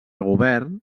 govern